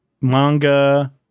manga